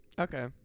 okay